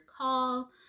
call